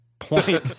Point